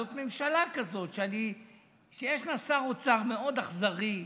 זו ממשלה כזאת שיש לה שר אוצר מאוד אכזרי,